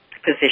position